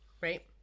Right